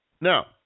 Now